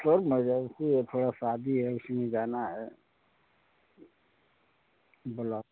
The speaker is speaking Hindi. सर मरजेंसी है थोड़ा शादी है उसी में जाना बोलो